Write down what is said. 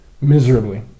Miserably